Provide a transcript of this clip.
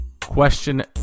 Question